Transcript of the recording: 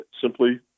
simply